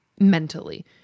mentally